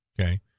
Okay